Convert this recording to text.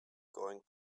going